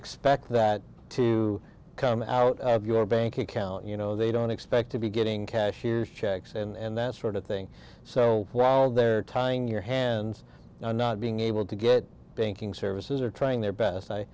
expect that to come out of your bank account you know they don't expect to be getting cashiers checks and that sort of thing so while they're tying your hands and not being able to get banking services are trying their best i